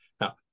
Now